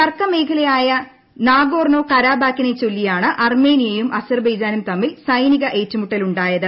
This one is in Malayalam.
തർക്കമേഖലയായ നാഗോർണോ കരാബാക്കിനെച്ചൊല്ലിയാണ് അർമേനിയയും അസർബെയ്ജാനും തമ്മിൽ സൈനിക ഏറ്റുമുട്ടലുണ്ടായത്